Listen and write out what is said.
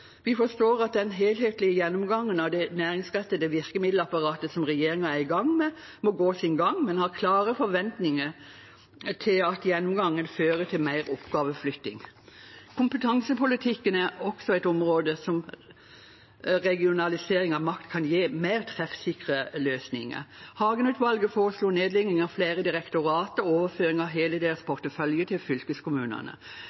Vi forstår at den helhetlige gjennomgangen av det næringsrettede virkemiddelapparatet som regjeringen er i gang med, må gå sin gang, men har klare forventninger til at gjennomgangen fører til mer oppgaveflytting. Kompetansepolitikken er også et område der regionalisering av makt kan gi mer treffsikre løsninger. Hagen-utvalget foreslo nedlegging av flere direktorater og overføring av hele deres